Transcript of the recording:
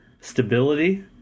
stability